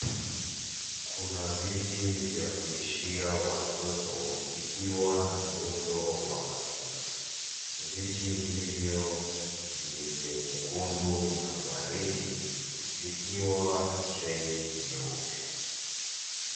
Kuna viti vya kulishia watoto vikiwa na muundo wa matunda. Viti hivyo ni vya nyekundu na waridi, vikiwa na trei nyeupe.